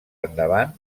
endavant